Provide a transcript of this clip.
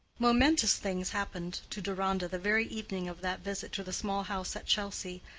momentous things happened to deronda the very evening of that visit to the small house at chelsea,